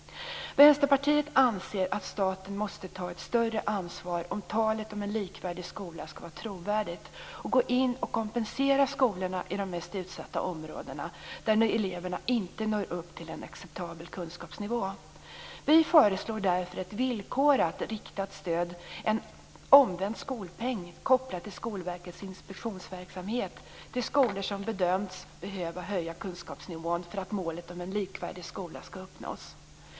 Vänsterpartiet anser att staten måste ta ett större ansvar om talet om en likvärdig skola skall vara trovärdigt och gå in och kompensera skolorna i de mest utsatta områdena där eleverna inte når upp till en acceptabel kunskapsnivå. Vi föreslår därför ett villkorat riktat stöd, en omvänd skolpeng, kopplad till Skolverkets inspektionsverksamhet till skolor som bedömts behöva höja kunskapsnivån för att målet om en likvärdig skola skall uppnås.